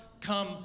come